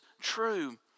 true